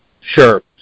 Sure